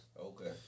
Okay